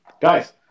guys